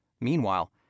Meanwhile